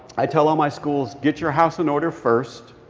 i tell all my schools, get your house in order first.